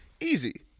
Easy